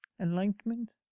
Enlightenment